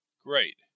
Great